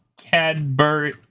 Cadbury